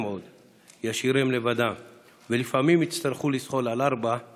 עוד / ישאירם לבדם / ולפעמים יצטרכו לזחול על ארבע /